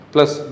Plus